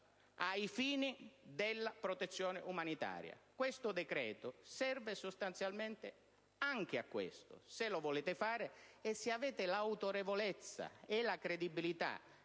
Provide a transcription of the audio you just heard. ai fini della protezione umanitaria. Questo decreto serve sostanzialmente anche a questo, se lo volete fare e se avete l'autorevolezza e la credibilità